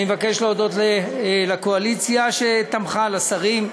אני מבקש להודות לקואליציה שתמכה, לשרים.